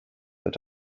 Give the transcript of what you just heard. but